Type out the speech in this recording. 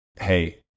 hey